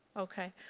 okay.